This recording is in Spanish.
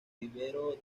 vivero